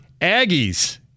Aggies